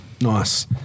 Nice